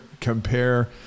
compare